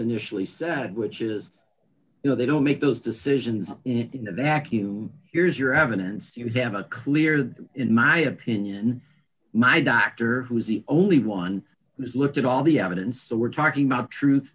initially said which is you know they don't make those decisions in a vacuum here's your evidence you have a clear in my opinion my doctor who is the only one who has looked at all the evidence so we're talking about truth